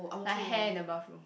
like hair in the bathroom